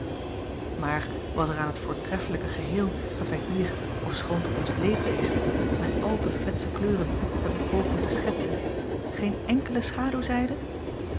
maar was er aan het voortreffelijke geheel dat wij hier ofschoon tot ons leedwezen met al te fletsche kleuren hebben pogen te schetsen geen enkele schaduwzijde